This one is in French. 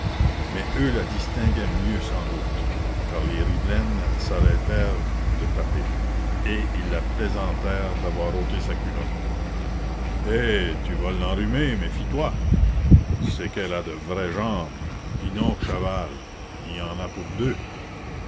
mais eux la distinguaient mieux sans doute car les rivelaines s'arrêtèrent de taper et ils la plaisantèrent d'avoir ôté sa culotte eh tu vas l'enrhumer méfie toi c'est qu'elle a de vraies jambes dis donc chaval y en a pour deux